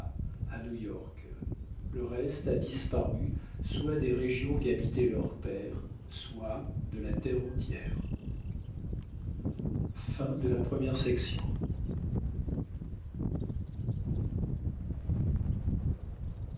à new-york le reste a disparu soit des régions qu'habitaient leurs pères soit de la terre entière